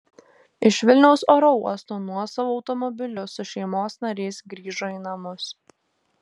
iš vilniaus oro uosto nuosavu automobiliu su šeimos nariais grįžo į namus